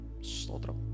Sodra